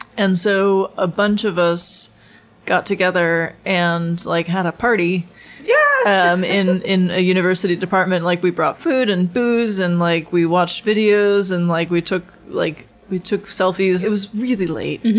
so, a bunch of us got together and like had a party yeah um in in a university department. like we brought food and booze, and like we watched videos, and like we took like we took selfies. it was really late.